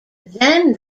then